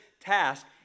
task